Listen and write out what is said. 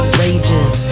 rages